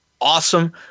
awesome